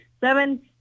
seven